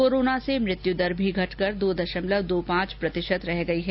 corona से मृत्यु दर भी घटकर दो दशमलव दो पांच प्रतिशत रह गई है